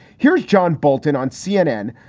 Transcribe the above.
here's john bolton on cnn,